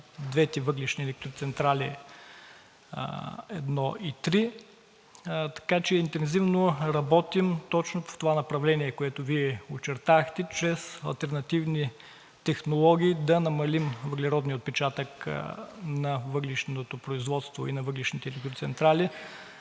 двете въглищни електроцентрали – 1 и 3, така че интензивно работим точно в това направление, което Вие очертахте, чрез алтернативни технологии да намалим въглеродния отпечатък на въглищното производство и на въглищните електроцентрали,